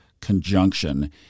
conjunction